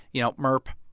you know, merp.